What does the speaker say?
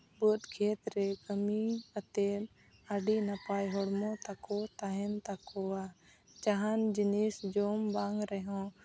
ᱵᱟᱹᱫᱽ ᱠᱷᱮᱛ ᱨᱮ ᱠᱟᱹᱢᱤ ᱠᱟᱛᱮ ᱟᱹᱰᱤ ᱱᱟᱯᱟᱭ ᱦᱚᱲᱢᱚ ᱛᱟᱠᱚ ᱛᱟᱦᱮᱱ ᱛᱟᱠᱚᱣᱟ ᱡᱟᱦᱟᱱ ᱡᱤᱱᱤᱥ ᱡᱚᱢ ᱵᱟᱝ ᱨᱮᱦᱚᱸ